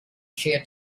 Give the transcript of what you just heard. share